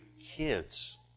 kids